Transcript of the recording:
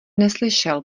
neslyšel